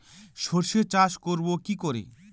সর্ষে চাষ করব কি করে?